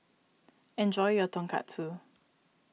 enjoy your Tonkatsu